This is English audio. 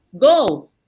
go